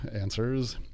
answers